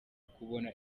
kubona